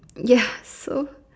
ya so